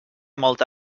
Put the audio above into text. molta